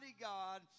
God